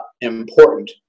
important